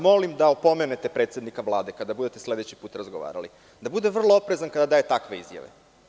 Molimvas da opomenete predsednika Vlade kada budete sledeći put razgovarali da bude vrlo oprezan kada daje takve izjave.